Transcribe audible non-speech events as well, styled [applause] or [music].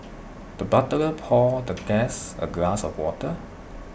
the butler poured the guest [noise] A glass of water